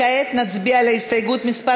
כעת נצביע על הסתייגות מס'